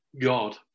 God